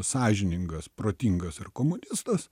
sąžiningas protingas ir komunistas